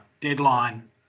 deadline